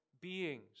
beings